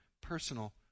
personal